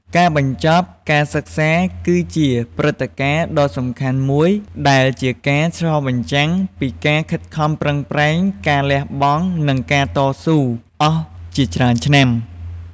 ការបញ្ចប់ការសិក្សាគឺជាព្រឹត្តិការណ៍ដ៏សំខាន់មួយ ដែលជាការឆ្លុះបញ្ចាំងពីការខិតខំប្រឹងប្រែង ការលះបង់ និងការតស៊ូអស់ជាច្រើនឆ្នាំ។